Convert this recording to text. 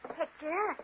picture